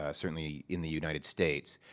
ah certainly, in the united states.